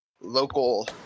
local